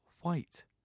white